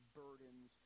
burdens